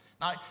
Now